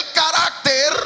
character